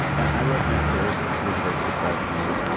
yeah i wrote my first bloomburg for president.